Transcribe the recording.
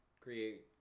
create